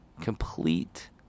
complete